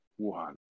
Wuhan